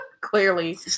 Clearly